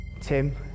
Tim